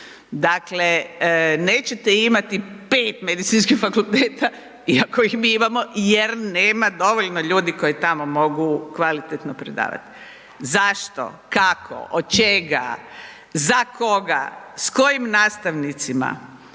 Dakle, nećete imati 5 medicinskih fakulteta, iako ih mi imamo, jer nema dovoljno ljudi koji tamo mogu kvalitetno predavati. Zašto, kako, od čega, za koga, s kojim nastavnicima,